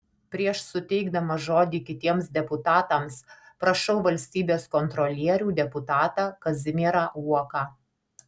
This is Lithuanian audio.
prieš suteikdamas žodį kitiems deputatams prašau valstybės kontrolierių deputatą kazimierą uoką